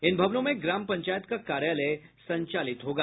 इन भवनों में ग्राम पंचायत का कार्यालय संचालित होगा